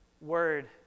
word